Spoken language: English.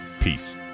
Peace